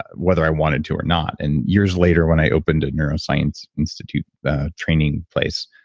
whether i wanted to or not and years later when i opened a neuroscience institute, a training place,